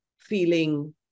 feeling